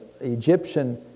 Egyptian